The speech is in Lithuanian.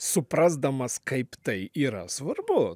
suprasdamas kaip tai yra svarbu